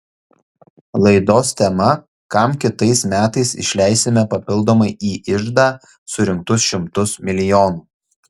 laidos tema kam kitais metais išleisime papildomai į iždą surinktus šimtus milijonų